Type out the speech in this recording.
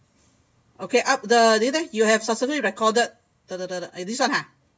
okay up the linda you have successfully recorded the the the this one ah